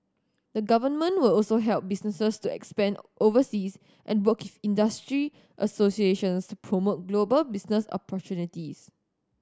the government will also help businesses to expand overseas and work industry associations to promote global business opportunities